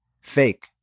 fake